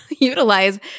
utilize